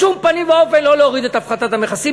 בשום פנים ואופן לא להוריד את הפחתת המכסים,